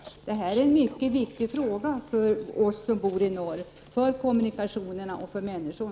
Kommunikationerna är en mycket viktig fråga för oss som bor i norr.